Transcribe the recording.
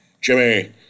Jimmy